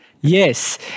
Yes